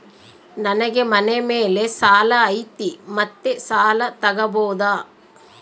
ನನಗೆ ಮನೆ ಮೇಲೆ ಸಾಲ ಐತಿ ಮತ್ತೆ ಸಾಲ ತಗಬೋದ?